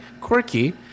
quirky